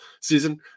season